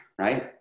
right